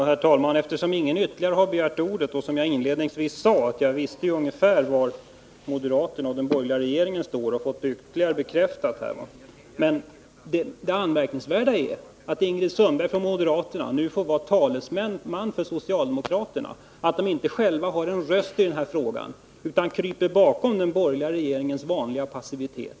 Herr talman! Som jag inledningsvis sade vet jag ungefär var moderaterna och den borgerliga regeringen står i den här frågan, och det har jag fått ytterligare bekräftat. Eftersom ingen ytterligare har begärt ordet får alltså Ingrid Sundberg från moderaterna vara talesman för socialdemokraterna. Det är anmärkningsvärt att de inte själva har en röst i den här frågan utan kryper bakom den borgerliga regeringens vanliga passivitet.